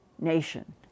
nation